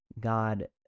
God